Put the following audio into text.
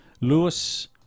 Lewis